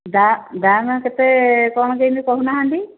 ଦାମ୍ କେତେ କ'ଣ କେମିତି କହୁନାହାନ୍ତି